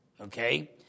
Okay